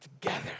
together